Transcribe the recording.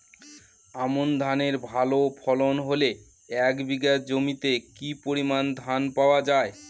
আমন ধানের ভালো ফলন হলে এক বিঘা জমিতে কি পরিমান ধান পাওয়া যায়?